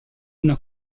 una